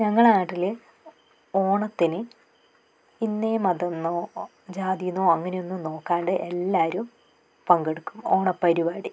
ഞങ്ങളുടെ നാട്ടിൽ ഓണത്തിന് ഇന്ന ഈ മതം എന്നോ ജാതിന്നോ അങ്ങനെയൊന്നും നോക്കാണ്ട് എല്ലാവരും പങ്കെടുക്കും ഓണപരിപാടി